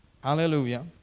Hallelujah